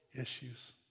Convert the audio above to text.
issues